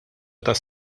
tas